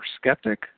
skeptic